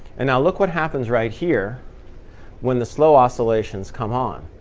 and now look what happens right here when the slow oscillations come on.